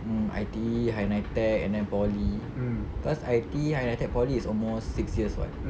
mm I_T_E higher NITEC and then poly cause I_T_E higher NITEC poly is almost six years [what]